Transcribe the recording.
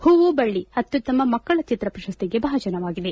ಹೂವು ಬಳ್ಳ ಅತ್ಯುತ್ತಮ ಮಕ್ಕಳ ಚಿತ್ರ ಪ್ರಶಸ್ತಿಗೆ ಭಾಜನವಾಗಿದೆ